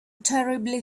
terribly